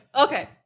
Okay